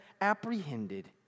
apprehended